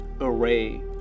array